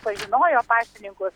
pažinojo paštininkus